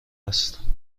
است